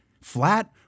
Flat